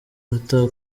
ata